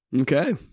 okay